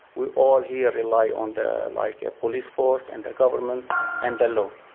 we all here rely on the like police force and the government and the law.